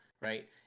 right